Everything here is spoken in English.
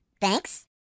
thanks